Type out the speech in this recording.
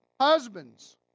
Husbands